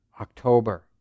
October